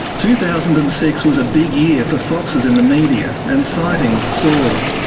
two thousand and six was a big year for foxes in the media and sightings soared.